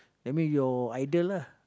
that mean your idol ah